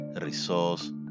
Resource